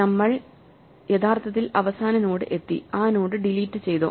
നമ്മൾ യഥാർത്ഥത്തിൽ അവസാന നോഡ് എത്തി ആ നോഡ് ഡിലീറ്റ് ചെയ്തോ